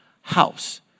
house